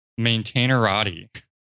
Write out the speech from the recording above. maintainerati